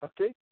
Okay